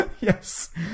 Yes